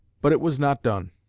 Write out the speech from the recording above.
but it was not done.